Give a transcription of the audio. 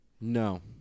No